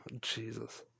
Jesus